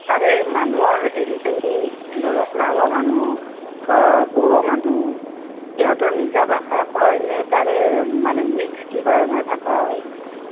তাৰে মানুহৰ হেৰিখিনি ধৰক ৰাভা মানুহ বা বড়ো মানুহ সিহঁতৰ নিজা ভাষা কয় নে তাৰে মানে মিক্স কিবা মানে ভাষা হেৰি কৰে